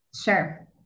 Sure